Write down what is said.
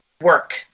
work